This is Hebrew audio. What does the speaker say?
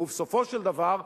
ובסופו של דבר,